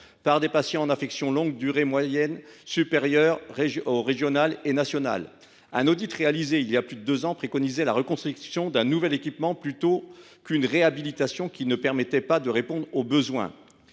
part des patients en affection longue durée supérieure aux moyennes régionale et nationale. Un audit réalisé il y a plus de deux ans préconisait la construction d’un nouvel équipement plutôt qu’une réhabilitation qui ne permettrait pas de répondre aux besoins.